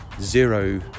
zero